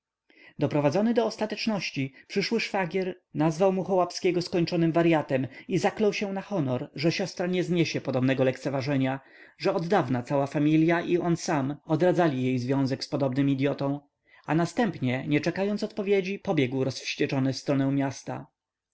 doprowadzony do ostateczności przyszły szwagier nazwał muchołapskiego skończonym waryatem i zaklął się na honor że siostra nie zniesie podobnego lekceważenia że od dawna cała familia i on sam odradzali jej związek z podobnym idyotą a następnie nie czekając odpowiedzi pobiegł rozwścieczony w stronę miasta